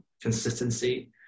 consistency